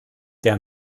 der